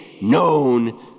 known